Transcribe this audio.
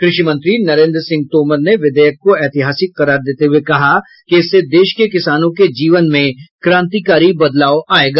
क्र षि मंत्री नरेन्द्र सिंह तोमर ने विधेयक को ऐतिहासिक करार देते हुए कहा कि इससे देश के किसानों के जीवन में क्रांतिकारी बदलाव आयेगा